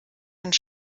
und